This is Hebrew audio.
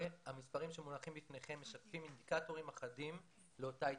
המספרים שמונחים בפניכם משקפים אינדיקטורים אחדים לאותה התעניינות.